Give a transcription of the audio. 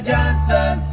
Johnson